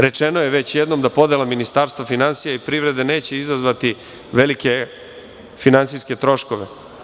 Rečeno je već jednom da podela Ministarstva finansija i privrede neće izazvati velike finansijske troškove.